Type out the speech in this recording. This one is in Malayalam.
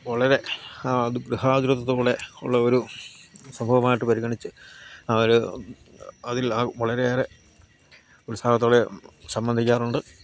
വളരെ അത് ഗൃഹാതുരത്വത്തോടെ ഉള്ള ഒരു സംഭവമായിട്ട് പരിഗണിച്ച് അവർ അതിൽ ആ വളരെയേറെ ഉത്സാഹത്തോടെ സംബന്ധിക്കാറുണ്ട്